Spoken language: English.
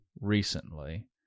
recently